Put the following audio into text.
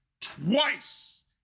twice